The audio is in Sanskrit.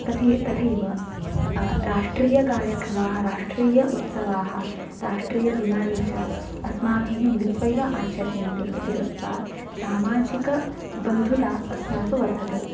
तथै तथैव राष्ट्रीयकार्यक्रमाः राष्ट्रीय उत्सवाः राष्ट्रीयदिनानि च अस्माभिः मिलित्वा एव आचर्यन्ते इति कृत्वा सामाजिकबन्धुता अस्मासु वर्धते